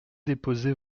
déposer